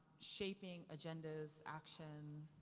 shaping agendas, action,